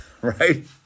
Right